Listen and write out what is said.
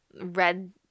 red